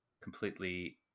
completely